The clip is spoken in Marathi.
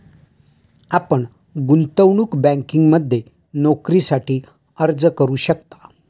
आपण गुंतवणूक बँकिंगमध्ये नोकरीसाठी अर्ज करू शकता